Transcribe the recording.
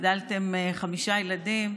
גידלתם חמישה ילדים,